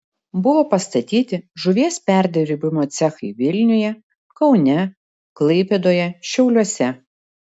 buvo pastatyti žuvies perdirbimo cechai vilniuje kaune klaipėdoje šiauliuose